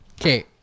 Okay